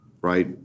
right